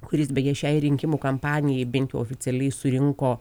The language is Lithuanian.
kuris beje šiai rinkimų kampanijai bent jau oficialiai surinko